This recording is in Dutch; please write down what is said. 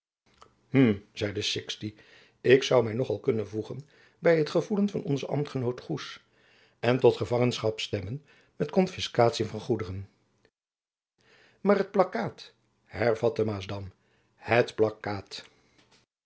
hm zeide sixti ik zoû my nog al kunnen voegen by het gevoelen van onzen ambtgenoot goes en tot gevangenschap stemmen met konfiskatie van goederen maar het plakkaat hervatte maasdam het plakkaat